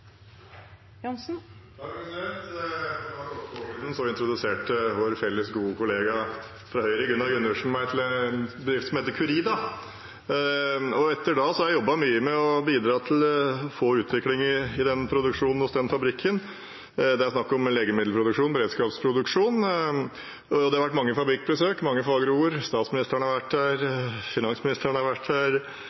introduserte vår felles gode kollega fra Høyre, Gunnar Gundersen, meg for en bedrift som heter Curida. Etter det har jeg jobbet mye med å bidra til å få utvikling i produksjonen hos den fabrikken. Det er snakk om legemiddelproduksjon, beredskapsproduksjon, og det har vært mange fabrikkbesøk, mange fagre ord. Statsministeren har vært der, finansministeren har vært der,